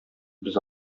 без